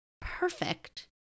perfect